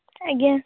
ଆଜ୍ଞା